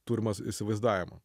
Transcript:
turimas įsivaizdavimą